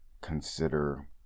consider